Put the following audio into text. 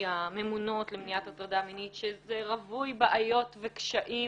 הממונות למניעת הטרדה מינית שזה רווי בעיות וקשיים